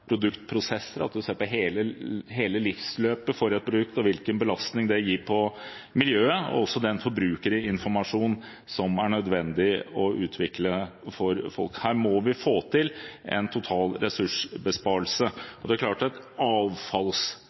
og hvilken belastning det gir på miljøet – og den forbrukerinformasjonen som det er nødvendig å utvikle for folk. Her må vi få til en total ressursbesparelse. Det er klart at